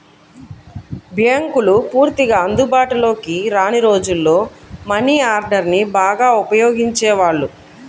బ్యేంకులు పూర్తిగా అందుబాటులోకి రాని రోజుల్లో మనీ ఆర్డర్ని బాగా ఉపయోగించేవాళ్ళు